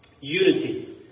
Unity